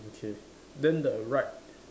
okay then the right